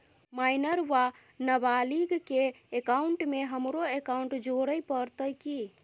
Minor वा नबालिग केँ एकाउंटमे हमरो एकाउन्ट जोड़य पड़त की?